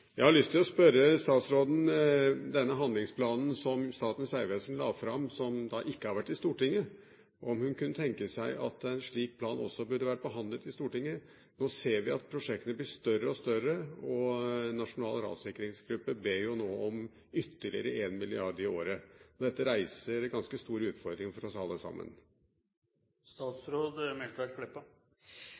Jeg har lyst til å spørre statsråden om noe. Når det gjelder denne handlingsplanen som Statens vegvesen la fram, som ikke har vært i Stortinget, kunne statsråden tenke seg at en slik plan også burde vært behandlet i Stortinget? Nå ser vi at prosjektene blir større og større, og Nasjonal rassikringsgruppe ber nå om ytterligere 1 mrd. kr i året. Så dette reiser ganske store utfordringer for oss alle sammen.